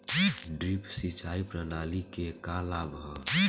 Drip सिंचाई प्रणाली के का लाभ ह?